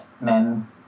men